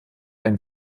ein